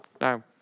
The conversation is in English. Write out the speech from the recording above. Now